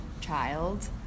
child